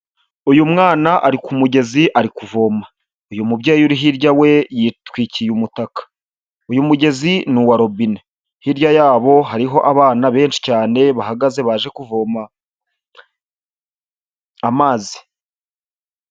Uyu mwana ari ku mugezi ari kuvoma, uyu mubyeyi uri hirya we yitwikiye umutaka, uyu mugezi ni uwa robine, hirya yabo hariho abana benshi cyane bahagaze baje kuvoma amazi.